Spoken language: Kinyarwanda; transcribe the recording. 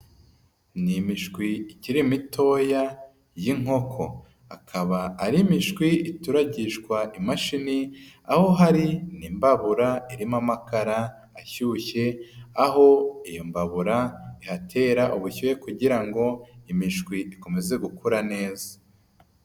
Ni imishwi ikiri mitoya y'inkoko, akaba ari mishwi ituragishwa imashini aho hari n'imbabura irimo amakara ashyushye, aho iyo mbabura ihatera ubushyuhe kugira ngo imishwi ikomeze gukura neza.